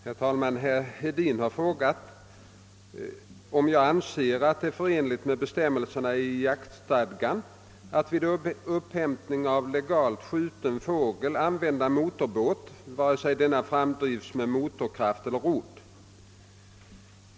Herr talman! Herr Hedin frågar, om jag anser att det är förenligt med be stämmelserna i jaktstadgan att vid upphämtning av legalt skjuten fågel använda motorbåt vare sig denna framdrivs med motorkraft eller rodd.